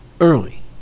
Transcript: Early